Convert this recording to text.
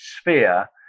sphere